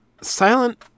Silent